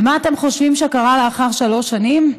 ומה אתם חושבים שקרה לאחר שלוש שנים?